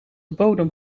bodem